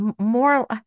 more